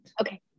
okay